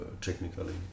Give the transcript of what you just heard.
technically